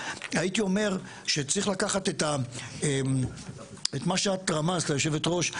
והייתי אומר שצריך לקחת את מה שאת רמזת היושבת-ראש,